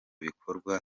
bikorwa